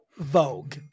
Vogue